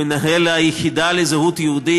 מנהל היחידה לזהות יהודית.